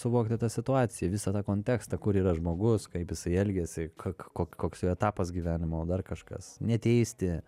suvokti tą situaciją visą tą kontekstą kur yra žmogus kaip jisai elgiasi koks jo etapas gyvenimo dar kažkas neteisti